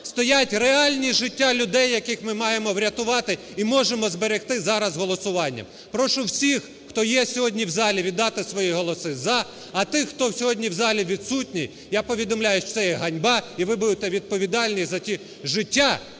стоять реальні життя людей, яких ми маємо врятувати і можемо зберегти зараз голосуванням. Прошу всіх, хто є сьогодні в залі, віддати свої голоси "за", а тих, хто сьогодні в залі відсутні, я повідомляю, що це є ганьба, і ви будете відповідальні за ті життя,